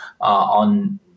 on